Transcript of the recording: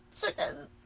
Chicken